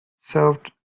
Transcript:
served